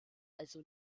also